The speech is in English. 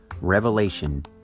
revelation